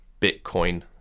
bitcoin